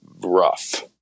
rough